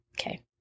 Okay